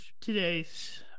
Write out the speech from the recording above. today's